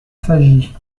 s’agit